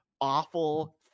awful